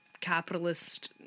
capitalist